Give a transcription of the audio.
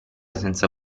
senza